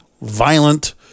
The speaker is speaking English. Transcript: violent